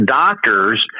doctors